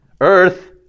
earth